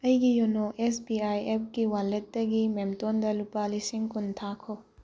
ꯑꯩꯒꯤ ꯌꯣꯅꯣ S B I ꯑꯦꯞꯀꯤ ꯋꯥꯜꯂꯦꯠꯇꯒꯤ ꯃꯦꯝꯇꯣꯟꯗ ꯂꯨꯄꯥ ꯂꯤꯁꯤꯡ ꯀꯨꯟ ꯊꯥꯈꯣ